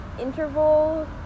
interval